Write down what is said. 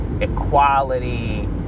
equality